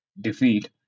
defeat